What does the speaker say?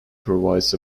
provides